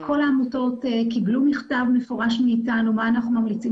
כל העמותות קיבלו מכתב מפורש מאיתנו מה אנחנו ממליצים